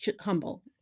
humble